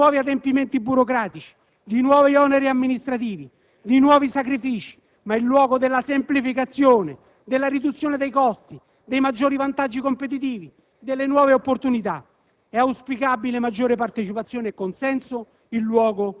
come il luogo della produzione di sempre maggiore legislazione, di nuovi adempimenti burocratici, di nuovi oneri amministrativi, di nuovi sacrifici, ma come il luogo della semplificazione, della riduzione dei costi, dei maggiori vantaggi competitivi, delle nuove opportunità.